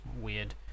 weird